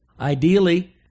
Ideally